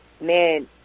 man